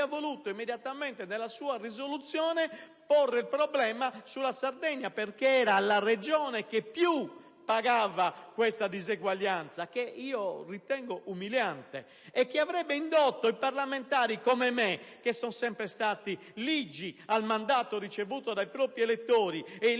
voluto immediatamente, nella sua risoluzione, porre il problema della Sardegna, che era la Regione che più pagava questa disuguaglianza che ritengo umiliante, perché i parlamentari come me sono sempre stati ligi al mandato ricevuto dai propri elettori e